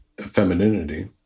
femininity